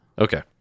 Okay